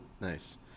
Nice